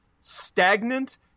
stagnant